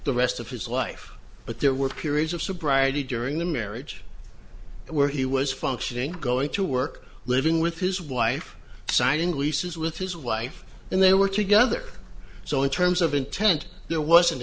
the rest of his life but there were periods of sobriety during the marriage where he was functioning going to work living with his wife signing leases with his wife and they were together so in terms of intent there wasn't